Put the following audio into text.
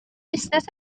busnes